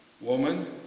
woman